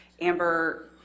Amber